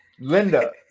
Linda